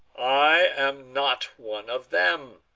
i am not one of them.